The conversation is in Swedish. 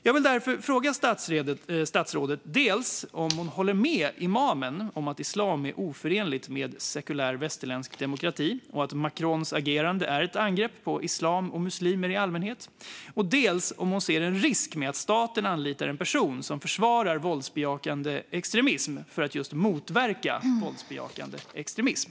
Jag vill därför fråga statsrådet dels om hon håller med imamen om att islam är oförenligt med sekulär, västerländsk demokrati och att Macrons agerande är ett angrepp på islam och muslimer i allmänhet, dels om hon ser en risk med att staten anlitar en person som försvarar våldsbejakande extremism för att motverka just våldsbejakande extremism.